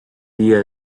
día